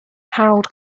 harold